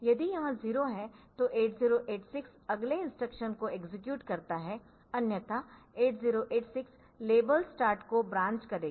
यदि यह 0 है तो 8086 अगले इंस्ट्रक्शन को एक्सेक्यूट करता है अन्यथा 8086 लेबल स्टार्ट को ब्रांच करेगा